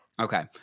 Okay